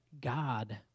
God